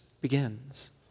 begins